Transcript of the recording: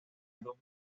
dos